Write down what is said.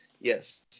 yes